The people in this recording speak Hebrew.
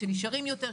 שנשארים יותר,